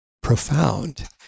profound